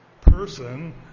person